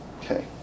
okay